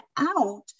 out